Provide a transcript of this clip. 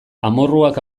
amorruak